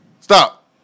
Stop